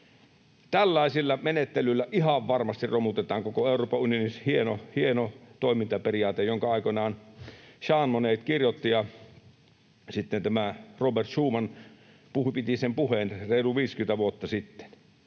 Tällaisella menettelyllä ihan varmasti romutetaan koko Euroopan unionin hieno, hieno toimintaperiaate, jonka aikoinaan Jean Monnet kirjoitti, ja sitten Robert Schuman piti sen puheen reilut 50 vuotta sitten